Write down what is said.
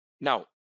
now